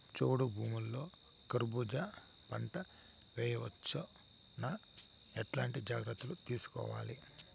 చౌడు భూముల్లో కర్బూజ పంట వేయవచ్చు నా? ఎట్లాంటి జాగ్రత్తలు తీసుకోవాలి?